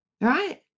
right